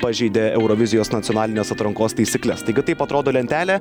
pažeidė eurovizijos nacionalinės atrankos taisykles taigi taip atrodo lentelė